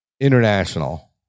international